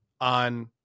on